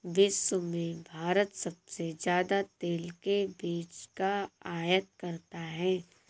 विश्व में भारत सबसे ज्यादा तेल के बीज का आयत करता है